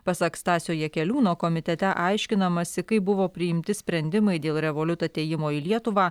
pasak stasio jakeliūno komitete aiškinamasi kaip buvo priimti sprendimai dėl revoliut atėjimo į lietuvą